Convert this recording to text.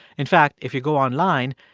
in fact, if you go online,